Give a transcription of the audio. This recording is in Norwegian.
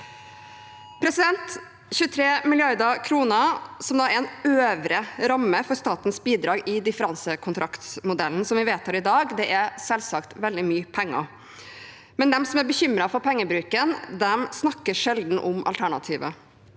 bedrifter. 23 mrd. kr, som er en øvre ramme for statens bidrag i differansekontraktsmodellen som vi vedtar i dag, er selvsagt veldig mye penger, men de som er bekymret for pengebruken, snakker sjelden om alternativet.